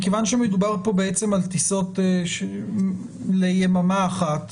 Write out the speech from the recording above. מכיוון שמדובר פה על טיסות ליממה אחת,